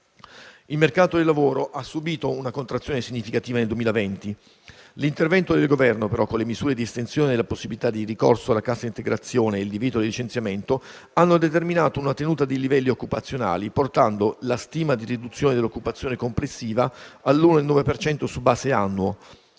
Il mercato del lavoro ha subìto una contrazione significativa nel 2020. L'intervento del Governo però, con le misure di estensione della possibilità di ricorso alla cassa integrazione e il divieto di licenziamento, hanno determinato una tenuta dei livelli occupazionali, portando la stima di riduzione dell'occupazione complessiva all'1,9 per cento su base annua.